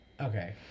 Okay